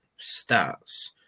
stats